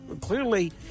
Clearly